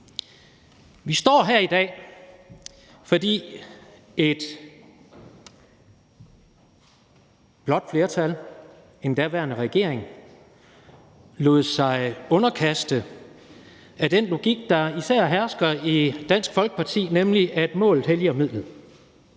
Vi står her i dag, fordi et blåt flertal – den daværende regering – lod sig underkaste den logik, der især hersker i Dansk Folkeparti, nemlig at målet helliger midlet.